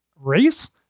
race